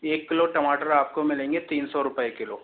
एक किलो टमाटर आपको मिलेंगे तीन सौ रुपए किलो